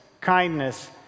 kindness